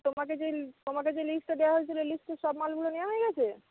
তোমাকে যে তোমাকে যে লিস্টটা দেওয়া হয়েছিলো ওই লিস্টের সব মালগুলো নেওয়া হয়ে গেছে